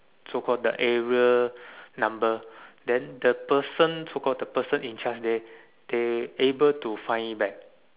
so call the area number then the person so call the person in charge they they able to find it back